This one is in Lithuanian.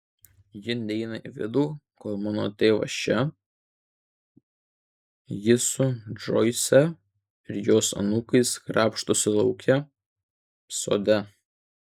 ji neina į vidų kol mano tėvas čia ji su džoise ir jos anūkais krapštosi lauke sode